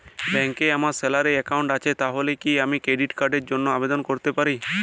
ব্যাংকে আমার salary account আছে তাহলে কি আমি ক্রেডিট কার্ড র জন্য আবেদন করতে পারি?